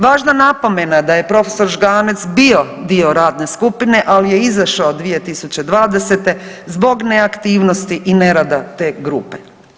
Važna napomena je da je prof. Žganec bio dio radne skupine, ali je izašao 2020. zbog neaktivnosti i nerada te grupe.